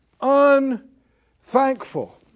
Unthankful